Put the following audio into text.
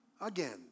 again